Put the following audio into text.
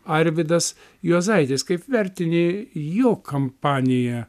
arvydas juozaitis kaip vertini jo kampaniją